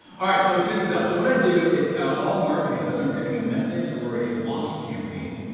alright, so check this out. so what i do is all marketing, whether i'm creating a message or a launch campaign.